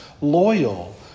loyal